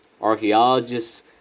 archaeologists